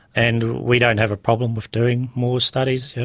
and we don't have a problem with doing more studies. yeah